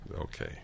Okay